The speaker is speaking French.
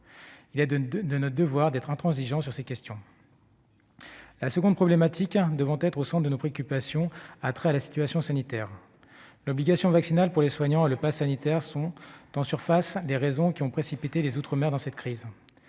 Il est de notre devoir d'être intransigeants à cet égard. La deuxième problématique qui doit être au centre de nos préoccupations a trait à la situation sanitaire. L'obligation vaccinale pour les soignants et le passe sanitaire sont, en surface, les raisons qui ont précipité les outre-mer dans une telle crise.